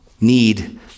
need